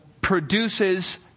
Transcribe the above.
produces